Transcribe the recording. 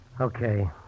Okay